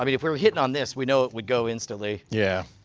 i mean if we were hitting on this, we know it would go instantly. yeah.